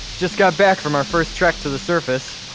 just got back from our first trek to the surface,